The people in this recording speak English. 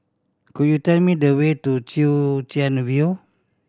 could you tell me the way to Chwee Chian View